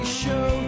show